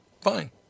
Fine